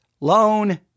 loan